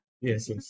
Yes